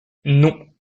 non